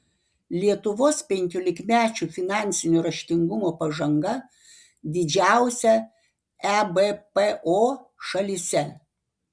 lietuvos penkiolikmečių finansinio raštingumo pažanga didžiausia ebpo šalyse